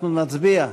אנחנו נצביע.